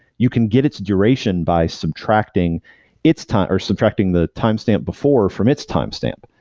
you can get its duration by subtracting its time, or subtracting the timestamp before from its timestamp.